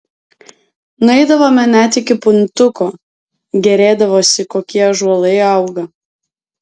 nueidavome net iki puntuko gėrėdavosi kokie ąžuolai auga